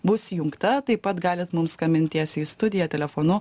bus įjungta taip pat galit mums skambint tiesiai į studiją telefonu